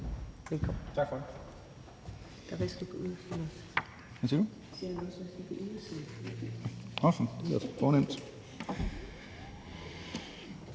Tak for det.